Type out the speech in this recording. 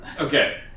Okay